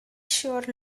sure